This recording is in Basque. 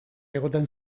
egoten